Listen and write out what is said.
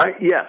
Yes